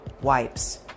Wipes